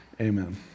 amen